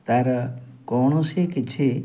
ତା'ର କୌଣସି କିଛି